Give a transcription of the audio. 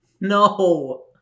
no